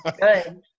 Good